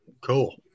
Cool